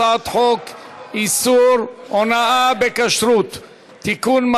הצעת חוק איסור הונאה בכשרות (תיקון,